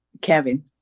Kevin